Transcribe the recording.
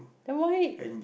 then why